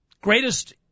greatest